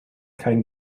kein